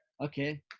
Okay